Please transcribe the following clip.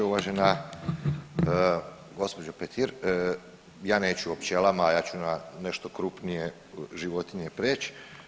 Uvažena gospođo Petir, ja neću o pčelama, ja ću na nešto krupnije životinje prijeći.